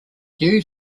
yew